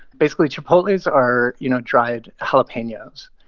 basically, chipotles are, you know, dried jalapenos.